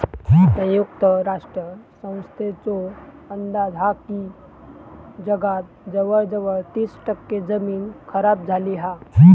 संयुक्त राष्ट्र संस्थेचो अंदाज हा की जगात जवळजवळ तीस टक्के जमीन खराब झाली हा